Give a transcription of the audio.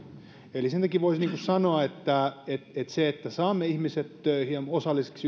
eli sen takia voisi sanoa että jos saamme ihmiset töihin ja osallisiksi